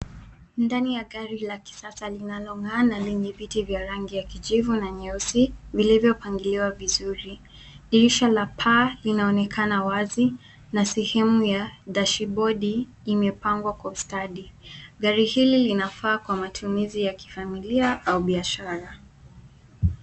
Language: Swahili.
Ndani ya gari la kisasa, linalong'aa na lenye viti vya rangi ya kijivu na nyeusi, vilivyopangiliwa vizuri. Dirisha la paa linaonekana wazi, na sehemu ya dashbodi imepangwa kwa ustadi. Gari hili linafaa kwa matumizi ya kifamilia, au biashara.